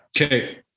Okay